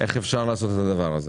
איך אפשר לעשות את זה.